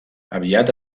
aviat